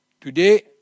Today